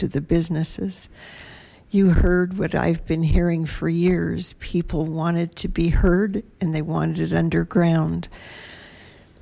to the businesses you heard what i've been hearing for years people wanted to be heard and they wanted underground